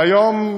והיום,